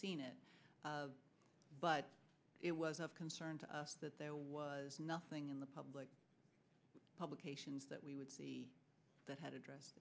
seen it but it was of concern to us that there was nothing in the public publications that we would see that had address